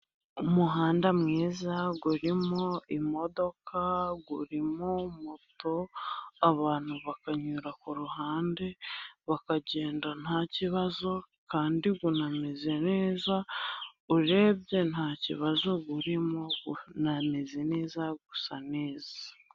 Umuhanda mwiza urimo imodoka, urimo moto, abantu bakanyura ku ruhande bakagenda ntakibazo, kandi unameze neza, urebye nta kibazo urimo, unameze neza gusa neza.